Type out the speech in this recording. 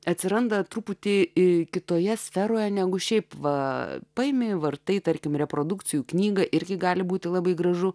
atsiranda truputį ir kitoje sferoje negu šiaip va paėmė vartai tarkim reprodukcijų knygą irgi gali būti labai gražu